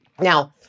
Now